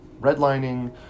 redlining